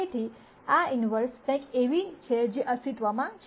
તેથી આ ઈન્વર્સ કંઈક એવી છે જે અસ્તિત્વમાં છે